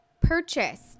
purchased